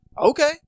Okay